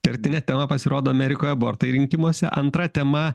kertine tema pasirodo amerikoj abortai rinkimuose antra tema